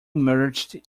merged